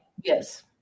Yes